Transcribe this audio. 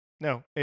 No